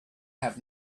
have